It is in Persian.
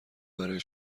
برای